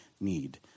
need